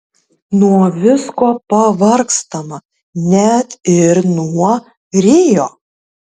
nuo visko pavargstama net ir nuo rio